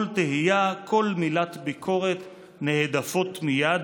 כל תהייה, כל מילת ביקורת, נהדפות מייד.